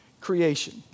creation